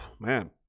man